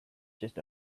just